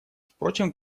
впрочем